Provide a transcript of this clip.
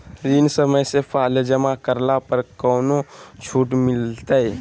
ऋण समय से पहले जमा करला पर कौनो छुट मिलतैय?